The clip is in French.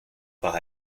par